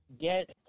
get